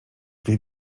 wie